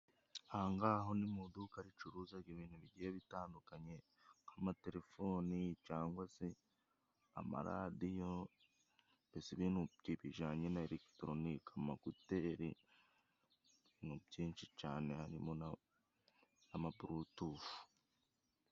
Aho ng'aho ni mu duka ricuruzaga ibintu bigiye bitandukanye, nk'amatelefoni cangwa se amaradiyo, mbese ibintu bijanye na elegitoronike, amakuteri, ibintu byinshi cane harimo n'amablutufu.